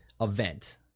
event